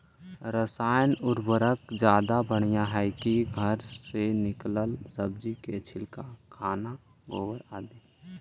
रासायन उर्वरक ज्यादा बढ़िया हैं कि घर से निकलल सब्जी के छिलका, खाना, गोबर, आदि?